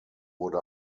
wurde